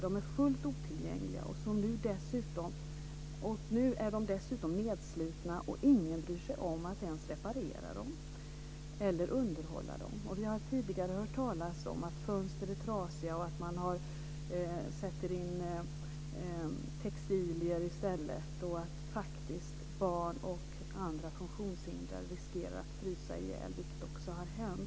De är helt otillgängliga. Nu är de dessutom nedslitna, och ingen bryr sig om att ens reparera dem eller underhålla dem. Vi har tidigare hört talas om att fönster är trasiga och att man sätter in textilier i stället. Barn och andra funktionshindrade riskerar faktiskt att frysa ihjäl, vilket också har hänt.